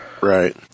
Right